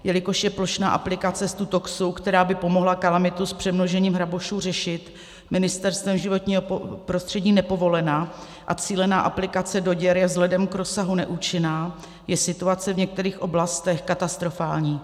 Jelikož je plošná aplikace Stutoxu, která by pomohla kalamitu s přemnožením hrabošů řešit, Ministerstvem životního prostředí nepovolená a cílená aplikace do děr je vzhledem k rozsahu neúčinná, je situace v některých oblastech katastrofální.